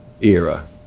era